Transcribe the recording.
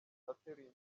ateruye